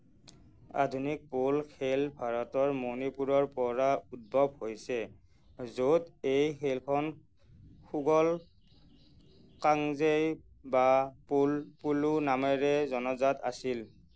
আধুনিক প'ল খেল ভাৰতৰ মণিপুৰৰ পৰা উদ্ভৱ হৈছে য'ত এই খেলখন 'সাগোল কাংজেই' বা 'পুলু' নামেৰে জনাজাত আছিল